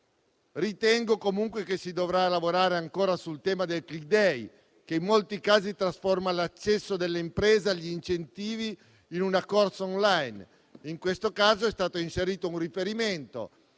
Ritengo comunque che si dovrà lavorare ancora sul tema del *click day*, che in molti casi trasforma l'accesso delle imprese agli incentivi in una corsa *online*. In questo caso è stato inserito un riferimento